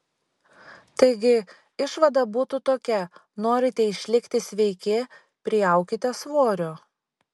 taigi išvada būtų tokia norite išlikti sveiki priaukite svorio